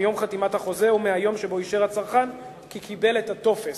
מיום חתימת החוזה או מהיום שבו אישר הצרכן כי קיבל את הטופס,